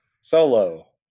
Solo